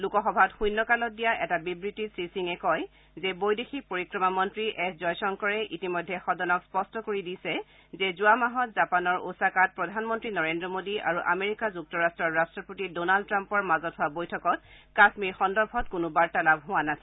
লোকসভাত শূন্য কালত দিয়া এটা বিবৃতিত শ্ৰীসিঙে কয় যে বৈদেশিক পৰিক্ৰমা মন্ত্ৰী এছ জয়শংকৰে ইতিমধ্যে সদনক স্পষ্ট কৰি দিছে যে যোৱা মাহত জাপানৰ ওছাকাত প্ৰধানমন্ত্ৰী নৰেন্দ্ৰ মোডী আৰু আমেৰিকা যুক্তৰাট্টৰ ৰাট্টপতি ডনাল্ড ট্ৰাম্পৰ বৈঠকত কাশ্মীৰ সন্দৰ্ভত কোনো বাৰ্তালাপ হোৱা নাছিল